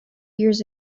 years